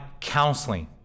counseling